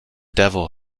devil